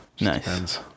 nice